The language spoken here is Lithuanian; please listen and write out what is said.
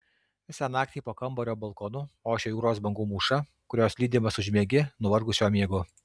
visą naktį po kambario balkonu ošia jūros bangų mūša kurios lydimas užmiegi nuvargusio miegu